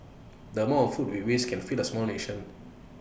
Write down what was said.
the amount of food we waste can feed A small nation